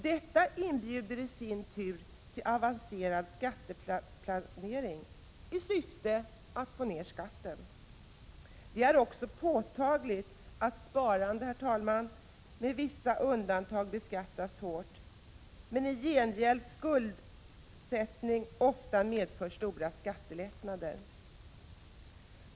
Detta inbjuder i sin tur till avancerad skatteplanering i syfte att få ner skatten. Det är också påtagligt att sparande, herr talman, med vissa undantag beskattas hårt, medan i gengäld skuldsättning ofta medför stora skattelättnader.